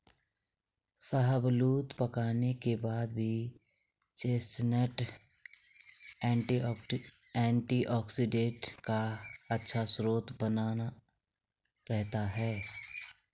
शाहबलूत पकाने के बाद भी चेस्टनट एंटीऑक्सीडेंट का अच्छा स्रोत बना रहता है